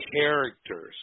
characters